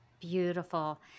beautiful